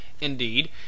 indeed